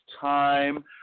time